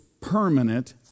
permanent